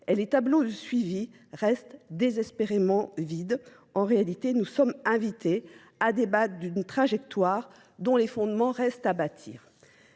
et les tableaux de suivi restent désespérément vides. En réalité, nous sommes invités à débattre d'une trajectoire dont les fondements restent à bâtir.